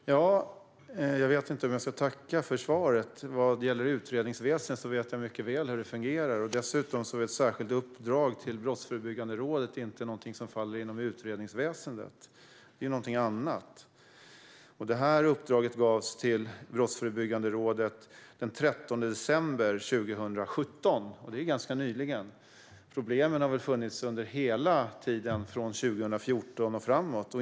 Fru talman! Jag vet inte om jag ska tacka för svaret. Jag vet mycket väl hur utredningsväsendet fungerar. Dessutom är ett särskilt uppdrag till Brottsförebyggande rådet inte någonting som faller inom utredningsväsendet. Det är någonting annat. Detta uppdrag gavs till Brottsförebyggande rådet den 13 december 2017; det är ganska nyligen. Problemen har funnits under hela tiden från 2014 och framåt.